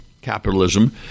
capitalism